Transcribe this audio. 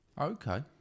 Okay